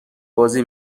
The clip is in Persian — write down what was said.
بازی